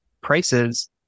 prices